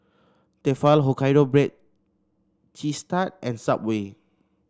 Tefal Hokkaido Baked Cheese Tart and Subway